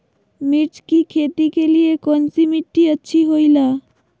मिर्च की खेती के लिए कौन सी मिट्टी अच्छी होईला?